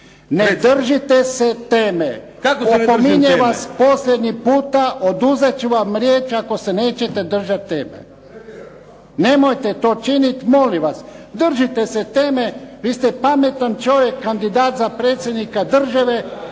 ne držite se teme. Opominjem vas posljednji put, oduzet ću vam riječ ako se nećete držati teme. Nemojte to činiti molim vas. Držite se teme. Vi ste pametan čovjek, kandidat za predsjednika države